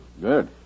Good